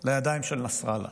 לידיים של נסראללה.